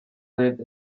lived